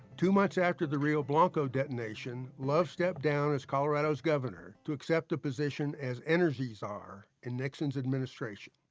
two months after the rio blanco detonation, love stepped down as colorado's governor to accept a position as energy czar in nixon's administration.